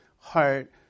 heart